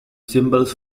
symbols